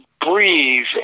breathe